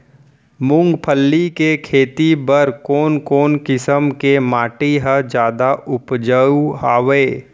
मूंगफली के खेती बर कोन कोन किसम के माटी ह जादा उपजाऊ हवये?